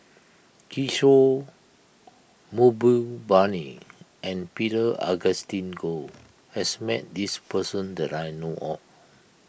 Kishore Mahbubani and Peter Augustine Goh has met this person that I know of